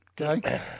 Okay